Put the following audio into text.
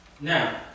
Now